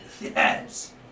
Yes